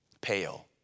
pale